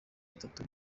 bitatu